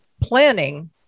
planning